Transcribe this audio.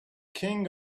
king